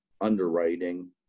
underwriting